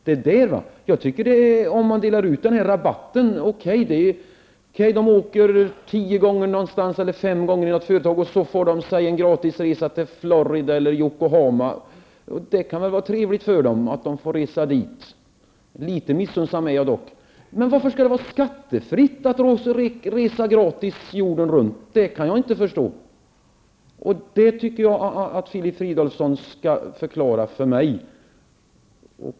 Det är det som är haken. Om man delar ut rabatten till dem som åker tio eller fem gånger med samma flygbolag kan vara okej. De får sig en gratisresa till Florida eller Yokohama. Det kan väl vara trevligt för dem att få resa dit. Litet missunnsam är jag dock. Men varför skall det vara skattefritt att resa gratis jorden runt? Det kan jag inte förstå. Det tycker jag att Filip Fridolfsson skall förklara för mig.